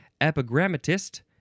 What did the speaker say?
Epigrammatist